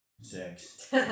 Six